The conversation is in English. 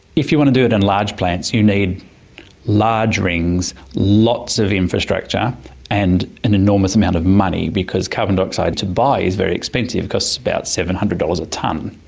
if you want to do it in large plants you need large rings, lots of infrastructure and an enormous amount of money because carbon dioxide to buy is very expense. it costs about seven hundred dollars a tonne.